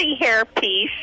hairpiece